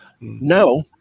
No